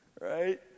right